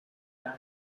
than